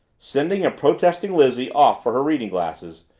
sending a protesting lizzie off for her reading glasses,